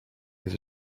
his